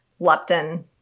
leptin